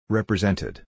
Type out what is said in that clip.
Represented